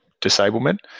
disablement